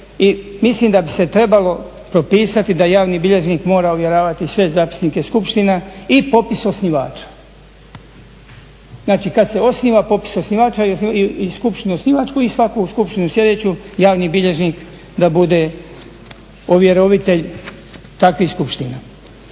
mislim da bi se trebalo propisati da javni bilježnik mora ovjeravati sve zapisnike skupština i popis osnivača. Znači kad se osniva popis osnivača i skupštinu osnivačku i svaku skupštinu sljedeću javni bilježnik da bude ovjerovitelj takvih skupština.